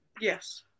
Yes